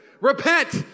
Repent